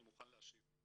אני מוכן להשיב.